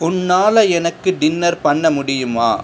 உன்னால் எனக்கு டின்னர் பண்ண முடியுமா